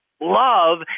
Love